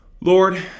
Lord